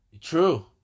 True